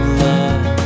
love